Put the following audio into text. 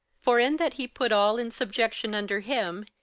for in that he put all in subjection under him,